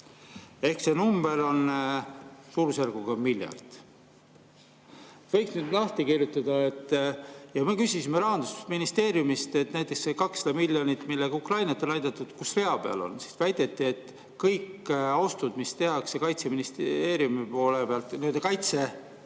ehk see summa on suurusjärgus miljard. Võiks selle lahti kirjutada. Me küsisime Rahandusministeeriumist, et näiteks see 200 miljonit, millega Ukrainat on aidatud, kus rea peal see on. Väideti, et kõik ostud, mis tehakse Kaitseministeeriumi poole pealt, Kaitseväe